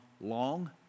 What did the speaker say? Long